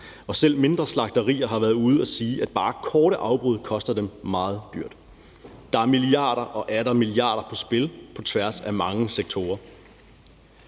og selv mindre slagterier har været ude at sige, at bare korte afbrydelser koster dem meget dyrt. Der er milliarder og atter milliarder på spil på tværs af mange sektorer.